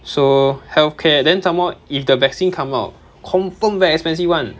so healthcare then some more if the vaccine come out confirm very expensive [one]